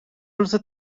روز